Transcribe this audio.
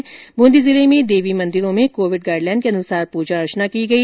दूर्दी जिले में देवी मंदिरों में कोविड गाइड लाइन के अनुसार पूजा अर्चना की गई